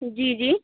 جی جی